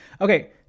okay